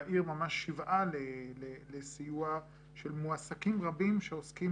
והעיר ממש שוועה לסיוע של מועסקים רבים שעוסקים